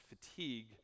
fatigue